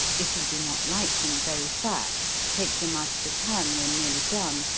if you do not like them very fat, take them out of the pan when nearly done,